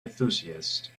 enthusiast